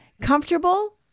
comfortable